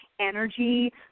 energy